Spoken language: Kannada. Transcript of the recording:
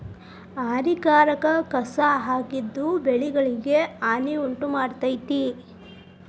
ಹಾನಿಕಾರಕ ಕಸಾ ಆಗಿದ್ದು ಬೆಳೆಗಳಿಗೆ ಹಾನಿ ಉಂಟಮಾಡ್ತತಿ